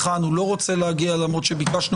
לא להתעלם מהסיכון מול הסיכוי של אומת הסטרט-אפ שלנו.